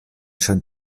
schon